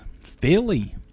Philly